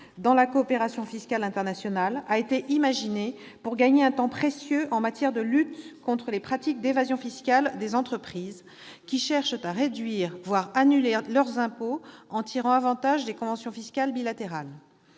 dans la coopération fiscale internationale a été imaginé pour gagner un temps précieux en matière de lutte contre les pratiques d'évasion fiscale des entreprises qui cherchent à réduire, voire à annuler leurs impôts en tirant avantage des conventions fiscales bilatérales.